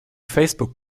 facebook